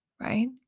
right